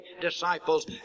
disciples